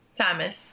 Samus